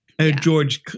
George